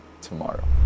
tomorrow